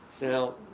now